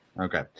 Okay